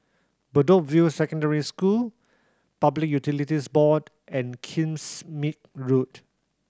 Bedok View Secondary School Public Utilities Board and Kingsmead Road